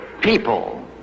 people